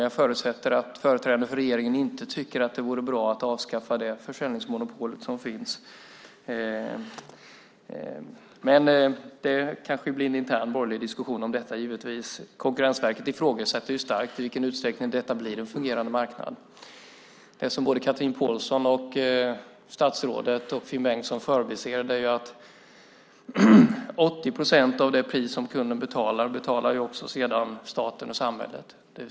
Jag förutsätter att företrädare för regeringen inte tycker att det vore bra att avskaffa det försäljningsmonopol som finns, men det kanske blir en intern borgerlig diskussion om detta. Konkurrensverket ifrågasätter starkt i vilken utsträckning detta blir en fungerande marknad. Det som Chatrine Pålsson Ahlgren, statsrådet och Finn Bengtsson förbiser är att staten och samhället sedan betalar 80 procent av det pris som kunden betalar.